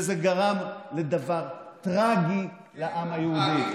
וזה גרם לדבר טרגי לעם היהודי.